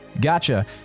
gotcha